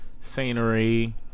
scenery